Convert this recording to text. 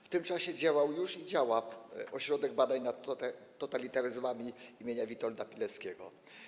W tym czasie działał już i działa Ośrodek Badań nad Totalitaryzmami im. Witolda Pileckiego.